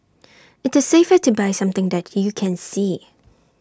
IT is safer to buy something that you can see